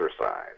exercise